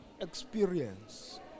experience